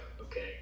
Okay